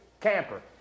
camper